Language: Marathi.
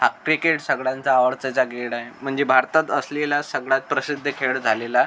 हां क्रिकेट सगळ्यांचा आवडताचा खेळ आहे म्हणजे भारतात असलेला सगळ्यात प्रसिद्ध खेळ झालेला